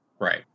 right